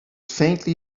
faintly